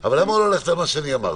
אבל למה לא ללכת על מה שאני אמרתי?